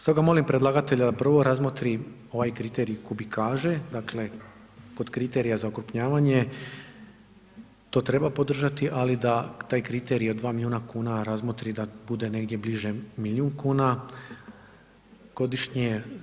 Stoga molim predlagatelja da prvo razmotri ovaj kriterij kubikaže, dakle kod kriterija za okrupnjavanje to treba podržati, ali da taj kriterij od 2 miliona kuna razmotri da bude negdje bliže milijun kuna godišnje.